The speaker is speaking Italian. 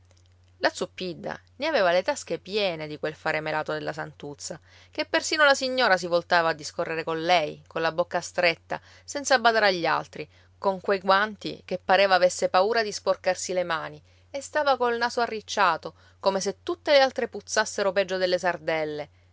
anneghi la zuppidda ne aveva le tasche piene di quel fare melato della santuzza che persino la signora si voltava a discorrere con lei colla bocca stretta senza badare agli altri con que guanti che pareva avesse paura di sporcarsi le mani e stava col naso arricciato come se tutte le altre puzzassero peggio delle sardelle